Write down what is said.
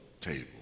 table